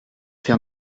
faire